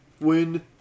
win